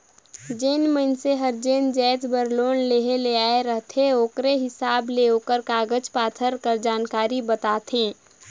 जेन मइनसे हर जेन जाएत बर लोन लेहे ले आए रहथे ओकरे हिसाब ले ओकर कागज पाथर कर जानकारी बताथे